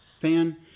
fan